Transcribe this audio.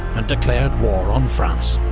and declared war on france.